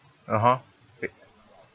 (uh huh) it